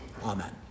amen